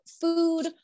food